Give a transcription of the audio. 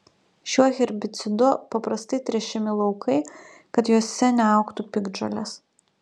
šiuo herbicidu paprastai tręšiami laukai kad juose neaugtų piktžolės